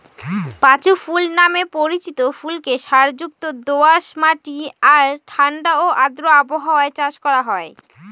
পাঁচু ফুল নামে পরিচিত ফুলকে সারযুক্ত দোআঁশ মাটি আর ঠাণ্ডা ও আর্দ্র আবহাওয়ায় চাষ করা হয়